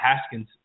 Haskins